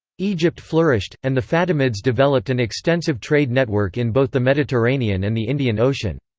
egypt flourished, and the fatimids developed an extensive trade network in both the mediterranean and the indian ocean.